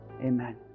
Amen